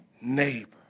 neighbor